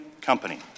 company